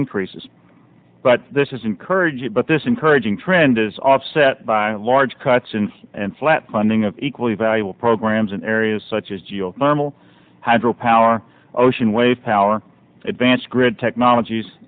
increases but this is encouraging but this encouraging trend is offset by large cuts in and flat funding of equally valuable programs in areas such as geothermal hydro power ocean wave power advanced grid technologies